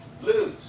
lose